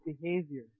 behavior